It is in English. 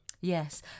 yes